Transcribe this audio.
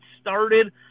started